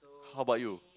how bout you